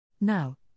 Now